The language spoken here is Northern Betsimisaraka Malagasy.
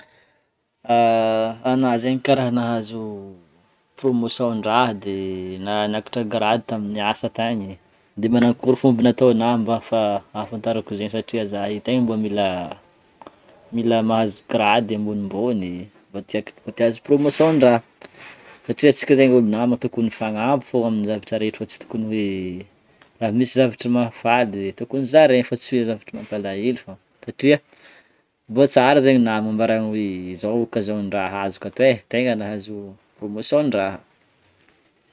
Anah zegny karaha nahazo promotion ndraha de niakatra grade tamin'ny asa tagny, de manakôry fomba nataonah mba ahafa- ahafantarako zegny satria zah io tegna mbô mila mila mahazo grade ambonimbony mba tiako mbô tia ahazo promotion ndraha satria antsika zegny ôlo nama tokony mifagnampy fô amin'ny zavatra rehetra fa tsy tokony hoe raha misy zavatra mahafaly de tokony zaray fa tsy hoe zavatra mampalahelo fogna satria mbô tsara zegny namagna ambaragnina hoe zao occasion ndraha azoko ato e tegna nahazo promotion ndraha.